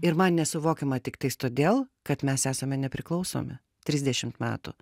ir man nesuvokiama tiktais todėl kad mes esame nepriklausomi trisdešimt metų